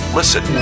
listen